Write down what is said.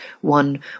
one